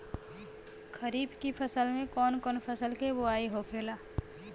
खरीफ की फसल में कौन कौन फसल के बोवाई होखेला?